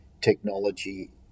technology